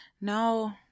No